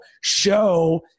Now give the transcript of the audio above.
show